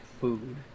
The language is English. food